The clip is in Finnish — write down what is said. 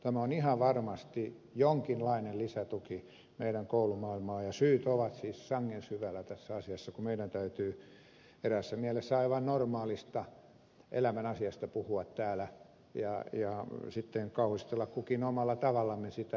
tämä on ihan varmasti jonkinlainen lisätuki meidän koulumaailmaan ja syyt ovat siis sangen syvällä tässä asiassa kun meidän täytyy eräässä mielessä aivan normaalista elämän asiasta puhua täällä ja sitten kauhistella kukin omalla tavallamme sitä